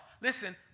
listen